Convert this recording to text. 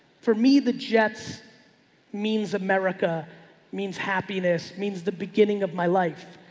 for me the jets means america means happiness means the beginning of my life.